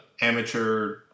amateur